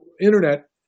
internet